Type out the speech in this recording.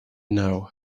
now